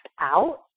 out